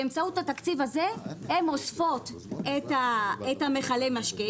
באמצעות התקציב הזה הן אוספות את מכלי המשקה,